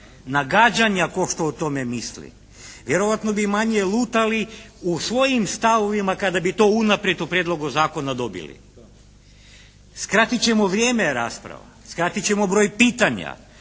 nagađanja tko što o tome misli. Vjerojatno bi manje lutali u svojim stavovima kada bi to unaprijed u prijedlogu zakona dobili. Skratit ćemo vrijeme rasprava. Skratit ćemo broj pitanja.